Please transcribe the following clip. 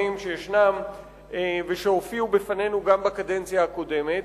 שישנם והם הופיעו בפנינו גם בקדנציה הקודמת.